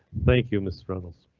thank you. miss reynolds.